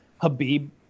Habib